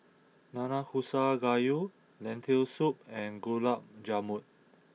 Nanakusa Gayu Lentil Soup and Gulab Jamun